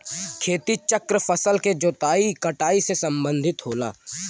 खेती चक्र फसल के जोताई कटाई से सम्बंधित होला